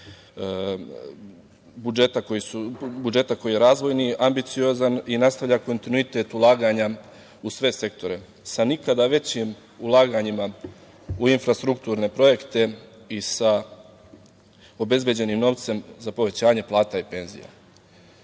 zakona koji je razvojni, ambiciozan i nastavlja kontinuitet ulaganja u sve sektore, sa nikada većim ulaganjima u infrastrukturne projekte i sa obezbeđenim novcem za povećanje plata i penzija.Sećam